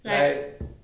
like